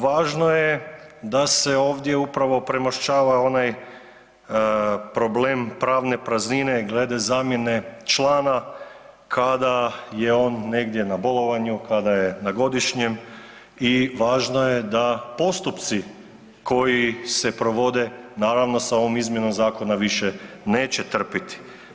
Važno je da se ovdje upravo premoščava onaj problem pravne praznine glede zamjene člana kada je on negdje na bolovanju, kada je na godišnjem i važno je da postupci koji se provode naravno sa ovom izmjenom zakona više neće trpiti.